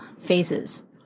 phases